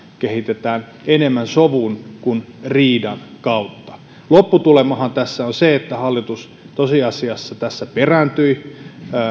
kehitetään enemmän sovun kuin riidan kautta lopputulemahan tässä on se että hallitus tosiasiassa tässä perääntyi